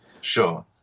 sure